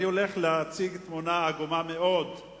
אני הולך להציג תמונה עגומה מאוד של